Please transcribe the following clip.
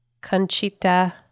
Conchita